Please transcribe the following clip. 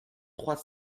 trois